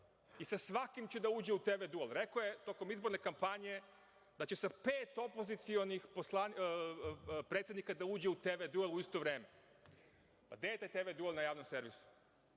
i sa svakim će da uđe u TV duel. Rekao je tokom izborne kampanje da će sa pet opozicionih predsednika da uđe u TV duel u isto vreme. Gde je taj TV duel na javnom servisu?